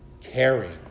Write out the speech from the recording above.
caring